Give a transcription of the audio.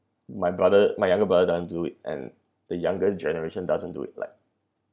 my brother my younger doesn't do it and the younger generation doesn't do it like